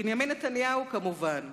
בנימין נתניהו, כמובן.